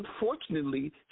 unfortunately